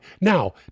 Now